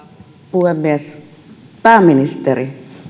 puhemies pääministeri